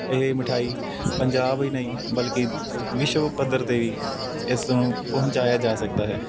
ਇਹ ਮਿਠਾਈ ਪੰਜਾਬ ਹੀ ਨਹੀਂ ਬਲਕਿ ਵਿਸ਼ਵ ਪੱਧਰ 'ਤੇ ਵੀ ਇਸ ਨੂੰ ਪਹੁੰਚਾਇਆ ਜਾ ਸਕਦਾ ਹੈ